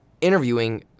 interviewing